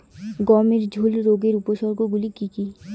গমের ঝুল রোগের উপসর্গগুলি কী কী?